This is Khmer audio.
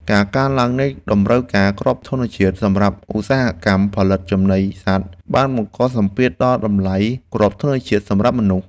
ការកើនឡើងនៃតម្រូវការគ្រាប់ធញ្ញជាតិសម្រាប់ឧស្សាហកម្មផលិតចំណីសត្វបានបង្កសម្ពាធដល់តម្លៃគ្រាប់ធញ្ញជាតិសម្រាប់មនុស្ស។